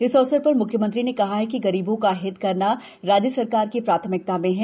इस अवसर पर मुख्यमंत्री ने कहा कि गरीबों का हित करना राज्य शासन की प्राथमिकता में है